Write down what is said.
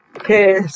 Okay